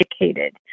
educated